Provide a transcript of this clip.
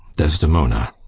desdemona.